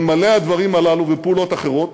אלמלא הדברים הללו ופעולות אחרות,